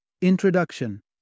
Introduction